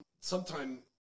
sometime